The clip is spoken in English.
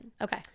Okay